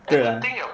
对啊